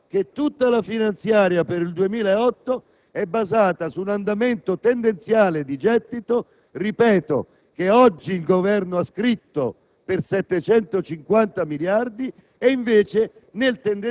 ancora occultato in questo momento; inoltre, risulterà che tutta la finanziaria per il 2008 è basata su un andamento tendenziale di gettito che oggi il Governo ha indicato